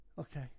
Okay